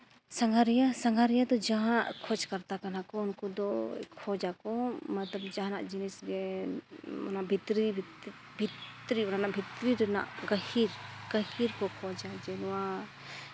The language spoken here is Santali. ᱥᱟᱸᱜᱷᱟᱨᱤᱭᱟᱹ ᱥᱟᱸᱜᱷᱟᱨᱤᱭᱟᱹ ᱫᱚ ᱡᱟᱦᱟᱸᱭ ᱠᱷᱚᱡᱽ ᱠᱚᱨᱛᱟ ᱠᱟᱱᱟ ᱠᱚ ᱩᱱᱠᱩ ᱫᱚ ᱠᱷᱚᱡᱽ ᱟᱠᱚ ᱢᱚᱛᱞᱚᱵ ᱡᱟᱦᱟᱱᱟᱜ ᱡᱤᱱᱤᱥ ᱜᱮ ᱚᱱᱟ ᱵᱷᱤᱛᱨᱤ ᱚᱱᱟ ᱵᱷᱤᱛᱨᱤ ᱨᱮᱱᱟᱜ ᱜᱟᱹᱦᱤᱨ ᱜᱟᱹᱦᱤᱨ ᱠᱚ ᱠᱷᱚᱡᱟ ᱡᱮᱢᱚᱱ